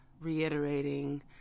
reiterating